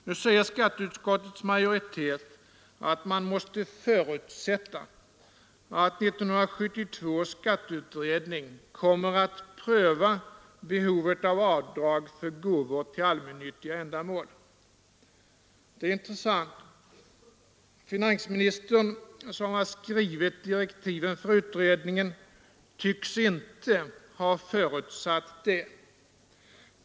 Nu säger skatteutskottets majoritet att man ”måste förutsätta” att 1972 års skatteutredning kommer att pröva behovet av avdrag för gåvor till allmännyttiga ändamål. Det är intressant. Finansministern, som har skrivit direktiven för utredningen, tycks inte ha förutsatt det.